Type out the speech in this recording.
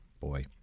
boy